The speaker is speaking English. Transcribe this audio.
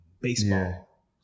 baseball